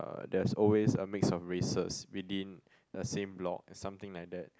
uh there is always a mix of races within the same block something like that